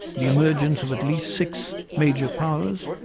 the emergence of at least six major powers,